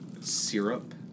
Syrup